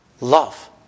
love